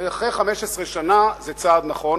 ואחרי 15 שנה זה צעד נכון.